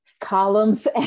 columns